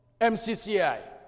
MCCI